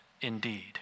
indeed